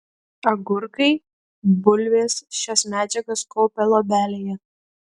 agurkai bulvės šias medžiagas kaupia luobelėje